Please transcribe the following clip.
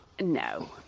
No